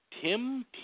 Tim